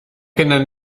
gennym